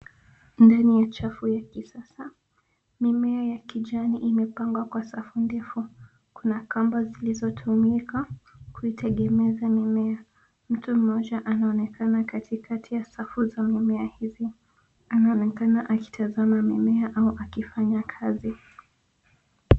Ndani ya chafu ya kisasa, mimea ya kijani imepandwa Kwa safu ndefu. Kuna Kamba zilizotumika kuiegemeza mimea. Mtu mmoja anaonekana katikati ya safu ya mimea hii. Anaonekana akitazama mimea au akifanya kazi.